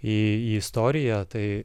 į į istoriją tai